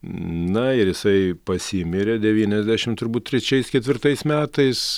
na ir jisai pasimirė devyniasdešimt turbūt trečiais ketvirtais metais